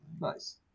Nice